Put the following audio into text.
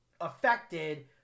affected